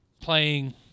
playing